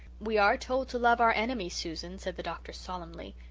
we are told to love our enemies, susan, said the doctor solemnly.